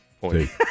Point